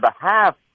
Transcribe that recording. behalf